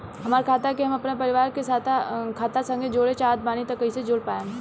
हमार खाता के हम अपना परिवार के खाता संगे जोड़े चाहत बानी त कईसे जोड़ पाएम?